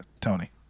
tony